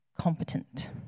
competent